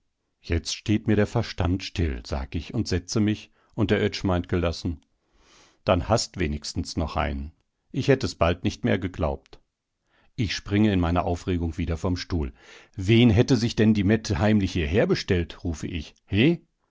jetzt steht mir der verstand still sag ich und setze mich und der oetsch meint gelassen dann hast wenigstens noch einen ich hätt es bald nicht mehr geglaubt ich springe in meiner aufregung wieder vom stuhl wen hätte sich denn die mette heimlich hierher bestellt rufe ich he